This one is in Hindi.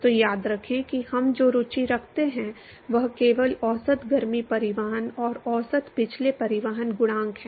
तो याद रखें कि हम जो रुचि रखते हैं वह केवल औसत गर्मी परिवहन और औसत पिछले परिवहन गुणांक है